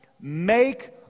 make